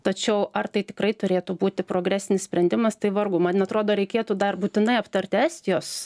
tačiau ar tai tikrai turėtų būti progresinis sprendimas tai vargu man atrodo reikėtų dar būtinai aptarti estijos